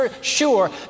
sure